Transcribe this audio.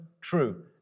true